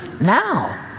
now